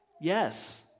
Yes